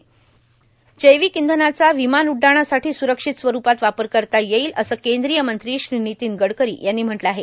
र्जैावक इंधनाचा विमान उड्डाणासाठी स्रक्षित स्वरुपात वापर करता येईल असं कद्रीय मंत्री र्नितीन गडकरो यांनी म्हटलं आहे